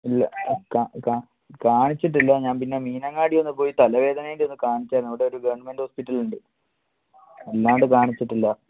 ഇല്ല കാണിച്ചിട്ടില്ല ഞാൻ പിന്നെ മീനങ്ങാടി ഒന്നു പോയി തലവേദനയതിൻ്റെയൊന്ന് കാണിച്ചായിരുന്നു അവിടെ ഒരു ഗവൺമെൻ്റ് ഹോസ്പിറ്റൽ ഉണ്ട് അല്ലാണ്ട് കാണിച്ചിട്ടില്ല